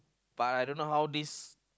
but I don't know how this